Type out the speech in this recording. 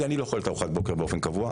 אני לא אוכלת ארוחת בבוקר באופן קבוע,